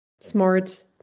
smart